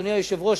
אדוני היושב-ראש,